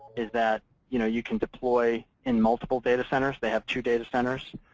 is that you know you can deploy in multiple data centers. they have two data centers.